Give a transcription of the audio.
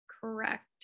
Correct